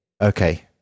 Okay